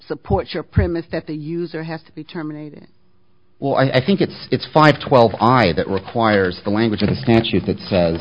supports your premise that the user has to be terminated well i think it's it's five twelve i that requires the language of the statute that says